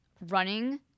running